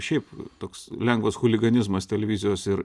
šiaip toks lengvas chuliganizmas televizijos ir